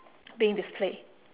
being displayed